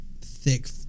thick